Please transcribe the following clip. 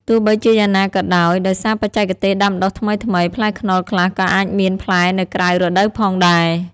ទោះបីជាយ៉ាងណាក៏ដោយ ដោយសារបច្ចេកទេសដាំដុះថ្មីៗ ផ្លែខ្នុរខ្លះក៏អាចមានផ្លែនៅក្រៅរដូវផងដែរ។